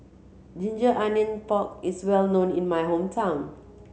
ginger onion pork is well known in my hometown